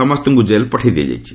ସମସ୍ତଙ୍କୁ ଜେଲ୍ ପଠାଇ ଦିଆଯାଇଛି